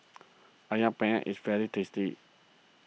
Ayam Penyet is very tasty